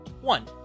One